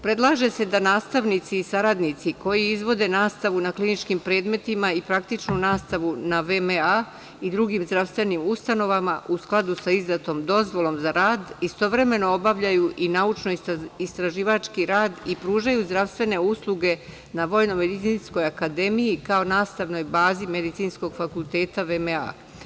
Predlaže se da nastavnici i saradnici koji izvode nastavu na kliničkim predmetima i praktičnu nastavu na VMA i drugim zdravstvenim ustanovama u skladu sa izdatom dozvolom za rad istovremeno obavljaju i naučno-istraživački rad i pružaju zdravstvene usluge na VMA kao nastavnoj bazi medicinskog fakulteta VMA.